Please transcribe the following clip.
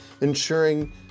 ensuring